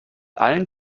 allen